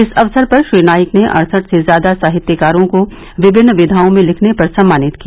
इस अवसर पर श्री नाईक ने अड़सठ से ज़्यादा साहित्यकारों को विभिन्न विघाओं में लेखन पर सम्मानित किया